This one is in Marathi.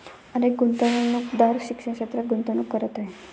अनेक गुंतवणूकदार शिक्षण क्षेत्रात गुंतवणूक करत आहेत